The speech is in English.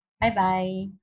bye-bye